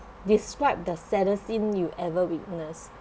describe the saddest scene you ever witnessed